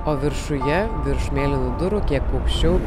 o viršuje virš mėlynų durų kiek aukščiau